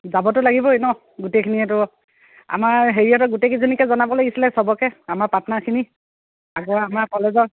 যাবতো লাগিবই নহ্ গোটেইখিনিয়েতো আমাৰ হেৰিয়তে গোটেইকেইজনীকে জনাব লাগিছিলে সবকে আমাৰ পাৰ্টনাৰখিনি আগৰ আমাৰ কলেজৰ